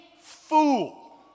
fool